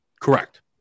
Correct